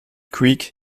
creek